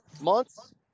months